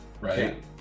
right